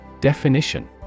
Definition